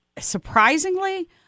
surprisingly